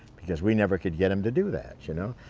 because we never could get him to do that you know.